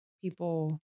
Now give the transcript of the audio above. people